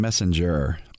Messenger